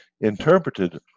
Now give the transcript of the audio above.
Interpreted